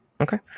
Okay